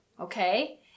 okay